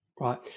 Right